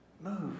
move